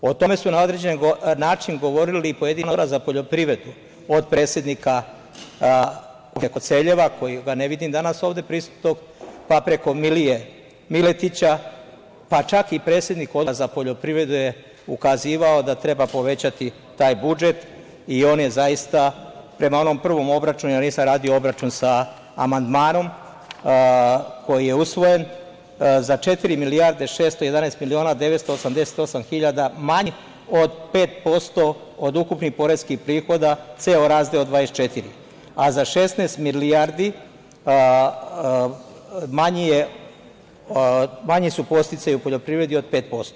O tome su na određeni način govorili i pojedini članovi Odbora za poljoprivredu od predsednika opštine Koceljeva, kojeg ne vidim danas ovde prisutnog, pa preko Milije Miletića, pa čak i predsednik Odbora za poljoprivredu je ukazivao da treba povećati taj budžet i on je zaista, prema onom prvom obračunu, ja nisam radio obračun sa amandmanom koji je usvojen, za 4.611.988.000 manji od 5% od ukupnih poreskih prihoda ceo razdeo 24, a za 16 milijardi manji su podsticaji u poljoprivredi od 5%